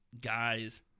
guys